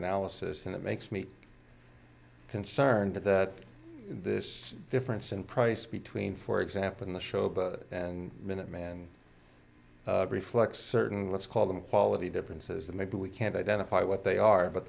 analysis and it makes me concerned that this difference in price between for example in the show and minuteman reflects certain let's call them quality differences that maybe we can't identify what they are but